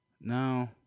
No